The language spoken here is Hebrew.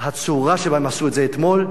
הצורה שבה הם עשו את זה אתמול,